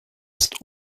ist